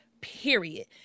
period